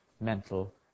mental